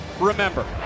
remember